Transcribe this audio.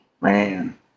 Man